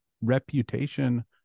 reputation